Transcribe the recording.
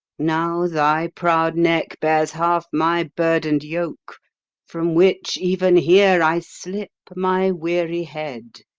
now thy proud neck bears half my burden'd yoke from which even here i slip my weary head,